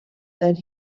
that